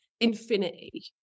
infinity